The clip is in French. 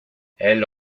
elle